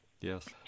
yes